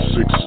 Six